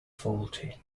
faulty